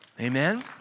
Amen